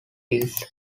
peace